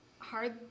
hard